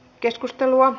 keskustelua